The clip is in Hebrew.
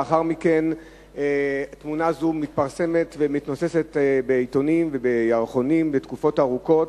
לאחר מכן תמונה זו מתפרסמת ומתנוססת בעיתונים ובירחונים לתקופות ארוכות.